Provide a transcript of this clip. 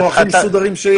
אנחנו הכי מסודרים שיש.